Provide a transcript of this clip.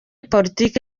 politiki